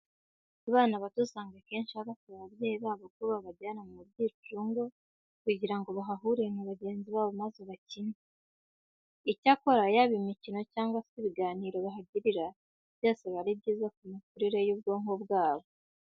Abana bato usanga akenshi baba basaba ababyeyi babo ko babajyana mu byicungo kugira ngo bahahurire na bagenzi babo maze bakine. Icyakora, yaba imikino cyangwa se ibiganiro bahagirira byose biba ari byiza ku mikurire y'ubwonko bwabo.